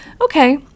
Okay